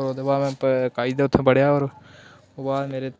ओह्दे बाद में कायदा उत्थै पढ़ेआ और ओह्दे बाद मेरे